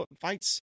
fights